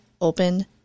Open